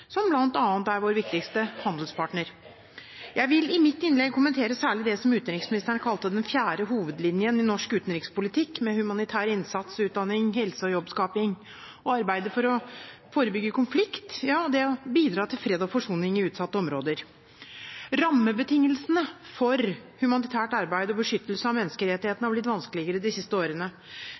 som bl.a. er vår viktigste handelspartner. Jeg vil i mitt innlegg særlig kommentere det som utenriksministeren kalte «den fjerde hovedlinjen» i norsk utenrikspolitikk: humanitær innsats, utdanning, helse, jobbskaping og arbeid for å forebygge konflikt og bidra til fred og forsoning i utsatte områder. Rammebetingelsene for humanitært arbeid og beskyttelse av menneskerettighetene har blitt vanskeligere de siste årene.